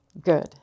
good